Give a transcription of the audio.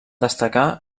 destacar